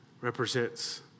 represents